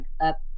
up